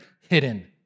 hidden